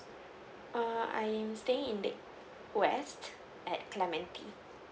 err I'm staying in the west at clementi